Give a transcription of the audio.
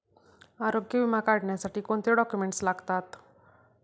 आरोग्य विमा काढण्यासाठी कोणते डॉक्युमेंट्स लागतात?